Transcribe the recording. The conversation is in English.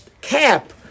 cap